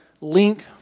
link